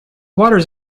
waters